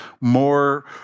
more